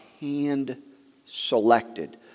hand-selected